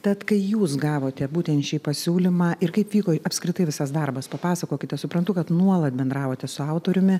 tad kai jūs gavote būtent šį pasiūlymą ir kaip vyko apskritai visas darbas papasakokite suprantu kad nuolat bendravote su autoriumi